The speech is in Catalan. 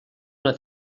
una